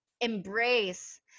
embrace